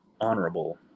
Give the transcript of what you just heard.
honorable